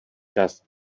část